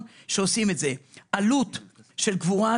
שיהיה בעוד קדנציה בתפקיד שלו.